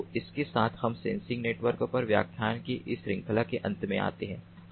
तो इसके साथ हम सेंसर नेटवर्क पर व्याख्यान की इस श्रृंखला के अंत में आते हैं